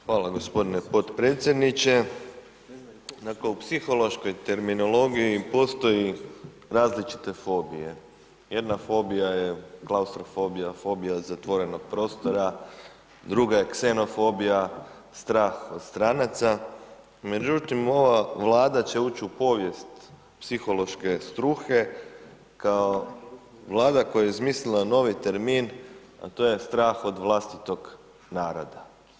Hvala gospodine podpredsjedniče, dakle u psihološkoj terminologiji postoji različite fobije, jedna fobija je klaustrofobija, fobija zatvorenog prostora, druga je ksenofobija strah od stranaca, međutim ova Vlada će ući u povijest psihološke struke, kao Vlada koja je izmislila novi termin, a to je strah od vlastitog naroda.